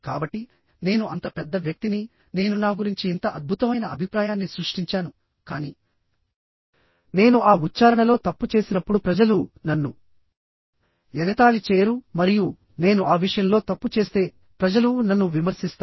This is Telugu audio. కాబట్టి నేను అంత పెద్ద వ్యక్తిని నేను నా గురించి ఇంత అద్భుతమైన అభిప్రాయాన్ని సృష్టించాను కానీ నేను ఆ ఉచ్చారణలో తప్పు చేసినప్పుడు ప్రజలు నన్ను ఎగతాళి చేయరు మరియు నేను ఆ విషయంలో తప్పు చేస్తే ప్రజలు నన్ను విమర్శిస్తారు